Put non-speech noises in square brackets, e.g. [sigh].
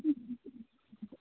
[unintelligible]